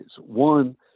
One